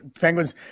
Penguins